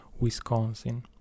Wisconsin